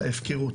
זה ההפקרות.